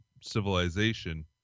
civilization